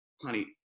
honey